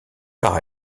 par